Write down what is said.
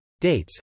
Dates